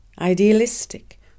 Idealistic